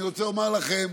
אני רוצה לומר לכם